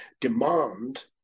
demand